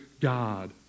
God